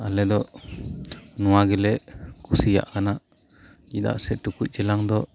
ᱚᱱᱟᱛᱮ ᱟᱞᱮᱫᱚ ᱱᱚᱶᱟ ᱜᱮᱞᱮ ᱠᱩᱥᱤᱭᱟᱜ ᱠᱟᱱᱟ ᱪᱮᱫᱟᱜ ᱥᱮ ᱴᱩᱠᱩᱡ ᱪᱮᱞᱟᱝ ᱫᱚ